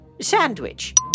sandwich